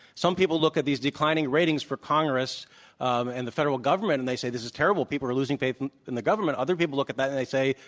some people look at these declining ratings for congress um and the federal government, and they say this is terrible. people are losing faith in the government. other people look at that, and they say,